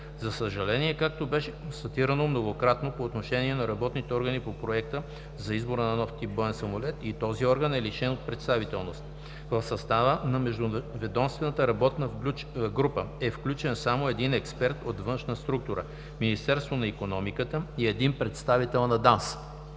За съжаление, както беше констатирано многократно по отношение на работните органи по проекта за избор на нов тип боен самолет, и този орган е лишен от представителност. В съставът на Междуведомствената работна група е включен само един експерт от външна структура – Министерство на икономиката и един представител на ДАНС.